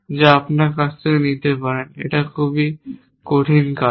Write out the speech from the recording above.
যা আপনি আমার কাছ থেকে নিতে পারেন একটি কঠিন কাজ